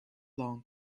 long